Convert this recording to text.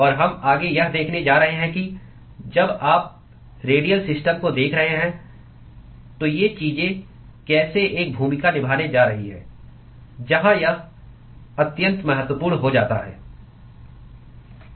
और हम आगे यह देखने जा रहे हैं कि जब आप रेडियल सिस्टम को देख रहे हैं तो ये चीजें कैसे एक भूमिका निभाने जा रही हैं जहां यह अत्यंत महत्वपूर्ण हो जाता है